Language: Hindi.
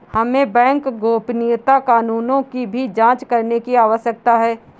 हमें बैंक गोपनीयता कानूनों की भी जांच करने की आवश्यकता है